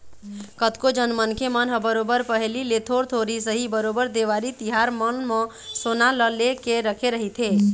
कतको झन मनखे मन ह बरोबर पहिली ले थोर थोर ही सही बरोबर देवारी तिहार मन म सोना ल ले लेके रखे रहिथे